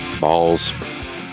Balls